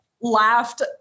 laughed